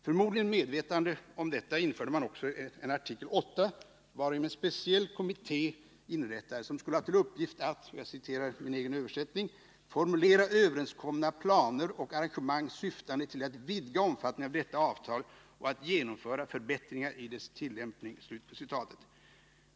Förmodligen i medvetandet om detta införde man en artikel VIII, varigenom en speciell kommitté inrättades som skulle ha till uppgift att — jag citerar min egen översättning — ”formulera överenskomna planer och arrangemang syftande till att vidga omfattningen av detta avtal och att genomföra förbättringar i dess tillämpning”.